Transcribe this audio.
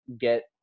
get